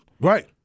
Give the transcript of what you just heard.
Right